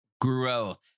growth